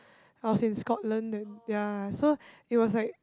I was in Scotland ya so it was like